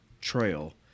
trail